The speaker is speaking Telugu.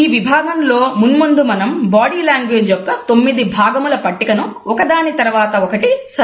ఈ విభాగంలో మునుముందు మనం బాడీ లాంగ్వేజ్ యొక్క 9 భాగముల పట్టికను ఒకదాని తరువాత ఒకటి సవివరం గా చర్చిద్దాము